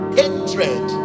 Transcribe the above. hatred